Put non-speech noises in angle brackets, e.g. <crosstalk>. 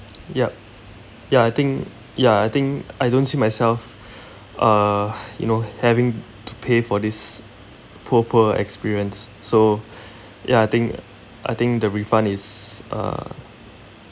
yup ya I think ya I think I don't see myself <breath> uh you know having to pay for this poor poor experience so <breath> ya I think I think the refund is uh